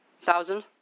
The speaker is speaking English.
Thousand